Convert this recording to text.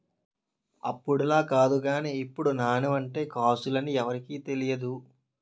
అప్పుడులా కాదు గానీ ఇప్పుడు నాణెం అంటే కాసులు అని ఎవరికీ తెలియదు